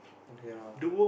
okay lah